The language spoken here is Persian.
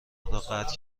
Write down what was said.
قطع